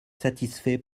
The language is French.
satisfait